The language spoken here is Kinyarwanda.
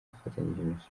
afatanyije